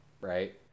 right